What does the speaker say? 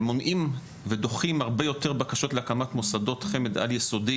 מונעים ודוחים הרבה יותר בקשות להקמת מוסדות חמ"ד על יסודי